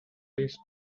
this